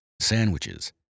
sandwiches